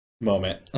moment